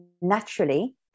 naturally